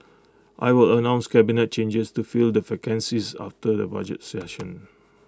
I will announce cabinet changes to fill the vacancies after the budget session